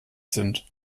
sind